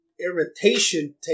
irritation